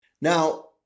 Now